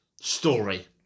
story